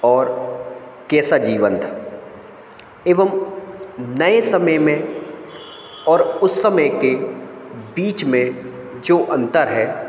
और कैसा जीवन था एवं नए समय में और उस समय के बीच में जो अंतर है